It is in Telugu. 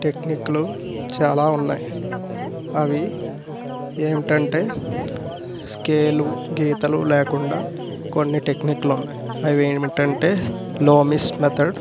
టెక్నిక్లు చాలా ఉన్నాయి అవి ఏంటంటే స్కేలు గీతలు లేకుండా కొన్ని టెక్నిక్లు ఉన్నాయి అవి ఏమిటంటే లోమిస్ మెథడ్